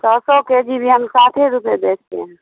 سو سو KG بھی ہم ساٹھ ہی روپے بیچتے ہیں